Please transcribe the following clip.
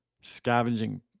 scavenging